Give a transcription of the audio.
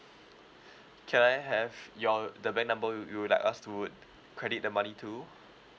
can I have your the bank number you'd you'd like us to would credit the money to